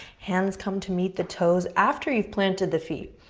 hands come to meet the toes after you've planted the feet.